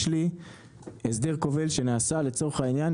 יש לי הסדר כובל שנעשה לצורך העניין,